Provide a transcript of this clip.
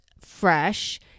fresh